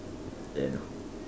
then